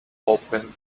opened